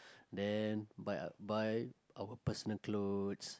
then buy buy our personal clothes